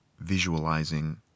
visualizing